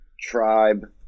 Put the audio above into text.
tribe